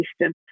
system